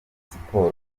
siporo